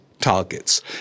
targets